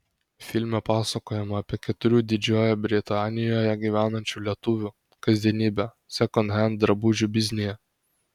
filme pasakojama apie keturių didžiojoje britanijoje gyvenančių lietuvių kasdienybę sekondhend drabužių biznyje